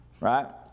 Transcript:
right